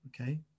Okay